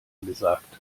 gesagt